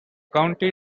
county